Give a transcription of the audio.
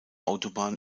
autobahn